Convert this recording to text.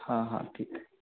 हां हां ठीक आहे